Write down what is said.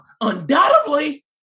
undoubtedly